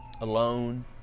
alone